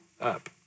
up